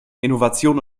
innovation